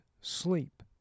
sleep